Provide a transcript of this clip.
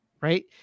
right